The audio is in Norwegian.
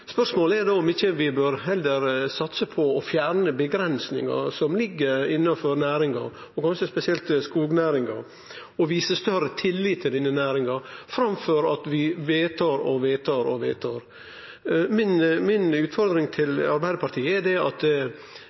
Spørsmålet er då om vi ikkje heller bør satse på å fjerne avgrensingar som ligg innafor næringa, og kanskje spesielt skognæringa, og vise større tillit til denne næringa framfor at vi vedtar og vedtar og vedtar. Mi utfordring til Arbeidarpartiet er at ved tillit til næringa, uansett kva for næring det